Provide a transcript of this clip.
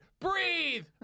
breathe